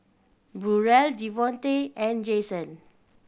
Burrel Devontae and Jason